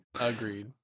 Agreed